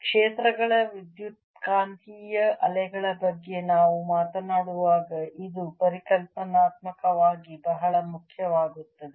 ಕ್ಷೇತ್ರಗಳ ವಿದ್ಯುತ್ಕಾಂತೀಯ ಅಲೆಗಳ ಬಗ್ಗೆ ನಾವು ಮಾತನಾಡುವಾಗ ಇದು ಪರಿಕಲ್ಪನಾತ್ಮಕವಾಗಿ ಬಹಳ ಮುಖ್ಯವಾಗುತ್ತದೆ